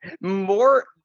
More